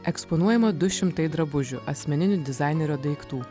eksponuojama du šimtai drabužių asmeninių dizainerio daiktų